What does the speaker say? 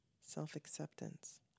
self-acceptance